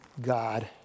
God